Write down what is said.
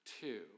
two